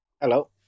Hello